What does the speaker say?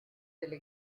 delle